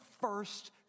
first